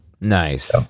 Nice